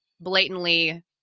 blatantly